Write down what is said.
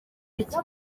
iki